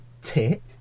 tit